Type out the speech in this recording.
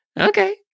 Okay